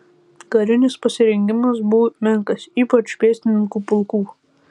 karinis pasirengimas buvo menkas ypač pėstininkų pulkų